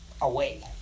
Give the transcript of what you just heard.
Away